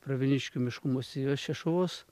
pravieniškių miškų masyve šešuvos